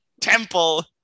temple